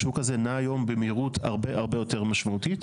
השוק הזה נע היום במהירות הרבה הרבה יותר משמעותית.